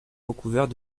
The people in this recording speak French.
recouvert